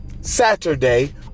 Saturday